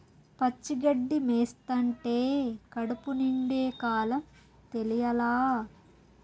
పచ్చి గడ్డి మేస్తంటే కడుపు నిండే కాలం తెలియలా